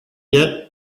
yet